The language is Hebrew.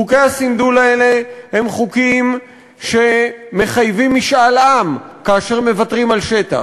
חוקי הסנדול האלה הם חוקים שמחייבים משאל עם כאשר מוותרים על שטח,